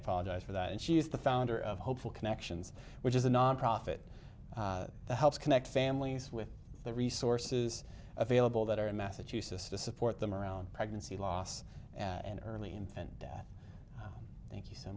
apologize for that and she is the founder of hopeful connections which is a nonprofit that helps connect families with the resources available that are in massachusetts to support them around pregnancy loss and early infant death thank you so